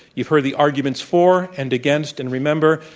you've heard the arguments for and against, and remember,